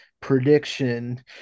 prediction